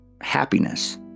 happiness